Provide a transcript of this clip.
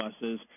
buses